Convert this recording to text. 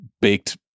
baked